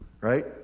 Right